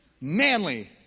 manly